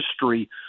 history